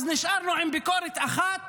אז נשארנו עם ביקורת אחת